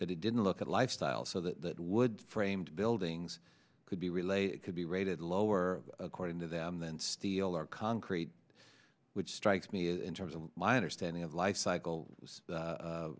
that it didn't look at lifestyle so that would framed buildings could be related could be rated lower according to them than steel or concrete which strikes me in terms of my understanding of life cycle